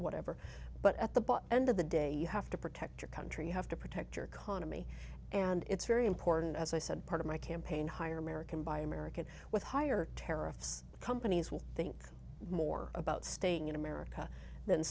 whatever but at the bottom end of the day you have to protect your country you have to protect your khana me and it's very important as i said part of my campaign hire american buy american with higher tariffs companies will think more about staying in america than